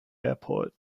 airport